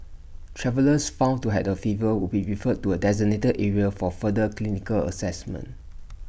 travellers found to have A fever will be referred to A designated area for further clinical Assessment